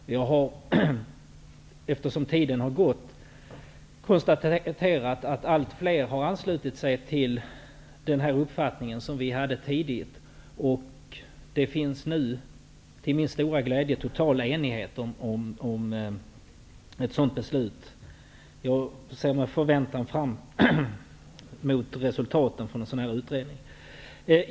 Efter hand som tiden har gått har jag konstaterat att allt fler har anslutit sig till vår uppfattning. Det finns nu, till min stora glädje, total enighet om beslutet om en sådan utredning. Jag ser med förväntan fram mot resultaten av den.